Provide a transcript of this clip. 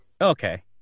Okay